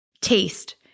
Taste